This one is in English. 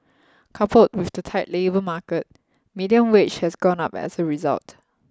coupled with the tight labour market median wage has gone up as a result